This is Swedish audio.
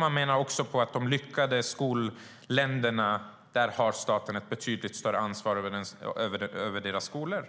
Man menar också på att staten i de lyckade skolländerna har ett betydligt större ansvar över skolorna.